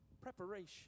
Preparation